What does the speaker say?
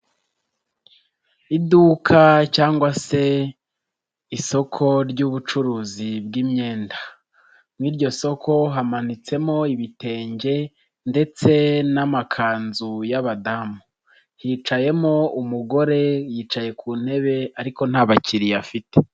Iduka cyangwa se isoko ry'ubucuruzi bw'imyenda muri iryo soko hamanitsemo ibitenge ndetse n'amakanzu y'abadamu, hicayemo umugore yicaye ku ntebe ariko nta bakiriya afite.